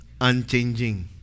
unchanging